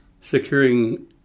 securing